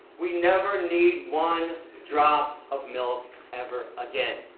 we never need one drop of milk ever again.